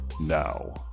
now